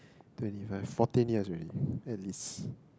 twenty five fourteen years already at least